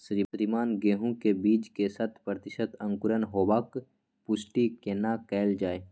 श्रीमान गेहूं के बीज के शत प्रतिसत अंकुरण होबाक पुष्टि केना कैल जाय?